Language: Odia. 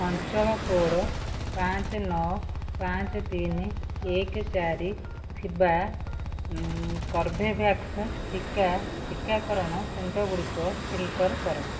ଅଞ୍ଚଳ କୋଡ଼୍ ପାଞ୍ଚ ନଅ ପାଞ୍ଚ ତିନି ଏକ ଚାରି ଥିବା କର୍ବେଭ୍ୟାକ୍ସ ଟିକା ଟିକାକରଣ କେନ୍ଦ୍ରଗୁଡ଼ିକ ଫିଲ୍ଟର କର